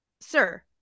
sir